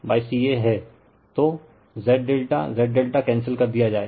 तो Z ∆ Z ∆ cancel कर दिया जाए